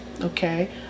Okay